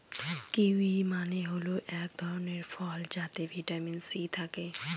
kiwi মানে হল এক ধরনের ফল যাতে ভিটামিন সি থাকে